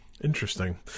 Interesting